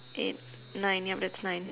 eight nine yup that's nine